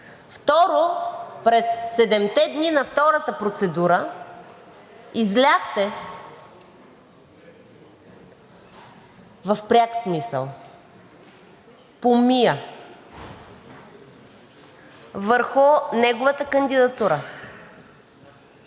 Второ, през седемте дни на втората процедура изляхте, в пряк смисъл, помия върху неговата кандидатура.